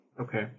Okay